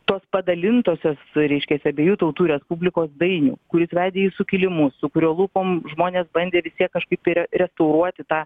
tos padalintosios reiškias abiejų tautų respublikos dainių kuris vedė į sukilimus su kurio lūpom žmonės bandė vis tiek kažkaip tai restauruoti tą